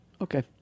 Okay